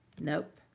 Nope